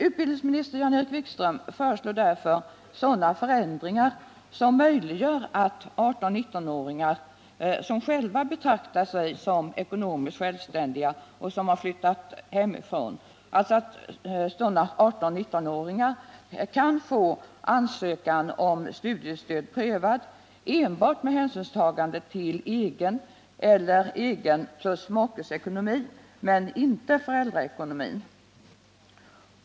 Utbildningsminister Jan-Erik Wikström föreslår därför sådana förändringar som möjliggör att 18-19-åringar — som själva betraktar sig som ekonomiskt självständiga och som har flyttat hemifrån — kan få ansökan om studiestöd prövad enbart med hänsynstagande till egen eller egen plus makes ekonomi men inte föräldraekonomin.